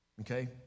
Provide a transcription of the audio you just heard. Okay